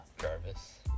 Jarvis